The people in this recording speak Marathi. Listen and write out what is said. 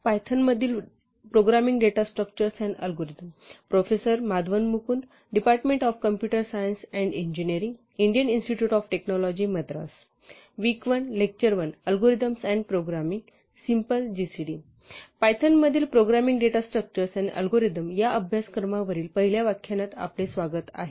पायथन मधील प्रोग्रामिंग डेटा स्ट्रक्चर्स आणि अल्गोरिदम या अभ्यासक्रमावरील पहिल्या व्याख्यानात आपले स्वागत आहे